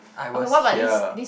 I was here